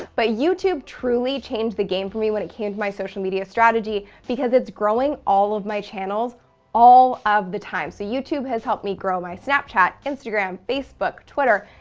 but youtube truly changed the game for me when it came to my social media strategy because it's growing all of my channels all of the time. so youtube has helped me grow my snapchat, instagram, facebook, twitter,